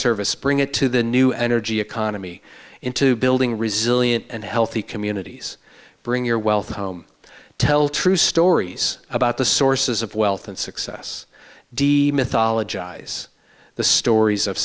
services bring it to the new energy economy into building resilient and healthy communities bring your wealth home tell true stories about the sources of wealth and success demythologize the stories of